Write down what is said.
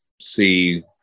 see